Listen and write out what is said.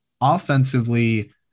Offensively